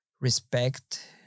respect